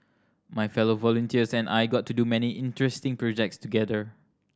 my fellow volunteers and I got to do many interesting projects together